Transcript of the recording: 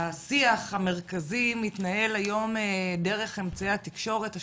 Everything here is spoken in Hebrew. השיח המרכזי מתנהל היום דרך אמצעי התקשורת השונים,